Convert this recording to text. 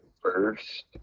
first